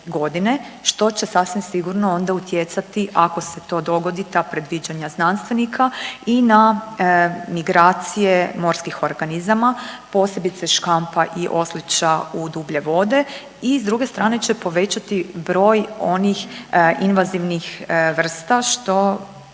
što će sasvim sigurno onda utjecati ako se to dogoditi ta predviđanja znanstvenika i na migracije morskih organizama, posebice škampa i oslića u dublje vode i s druge strane će povećati broj onih invazivnih vrsta što